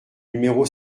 numéro